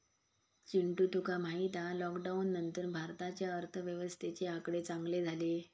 चिंटू तुका माहित हा लॉकडाउन नंतर भारताच्या अर्थव्यवस्थेचे आकडे चांगले झाले